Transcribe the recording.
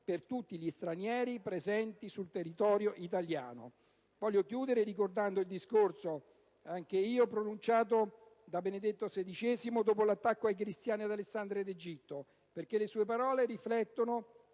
per tutti gli stranieri presenti sul territorio italiano. Voglio chiudere il mio intervento ricordando anch'io il discorso pronunciato da Papa Benedetto XVI, dopo l'attacco ai cristiani ad Alessandria d'Egitto, perché le sue parole riflettono